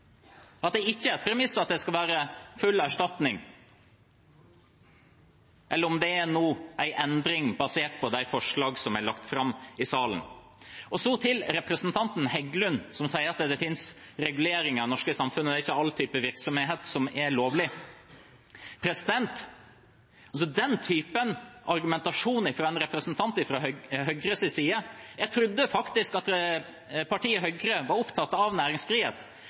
at det ikke er et premiss at det skal være full erstatning – eller om det nå er en endring, basert på de forslagene som har blitt lagt fram i salen. Så til representanten Heggelund, som sa at det finnes reguleringer av det norske samfunnet, og at det er ikke all type virksomhet som er lovlig: Den typen argumentasjon kommer altså fra en representant fra Høyre – jeg trodde faktisk at partiet Høyre var opptatt av næringsfrihet.